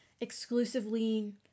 exclusively